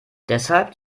deshalb